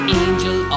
angel